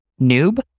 noob